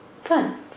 Fun